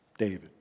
David